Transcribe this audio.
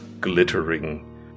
glittering